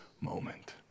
moment